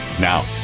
Now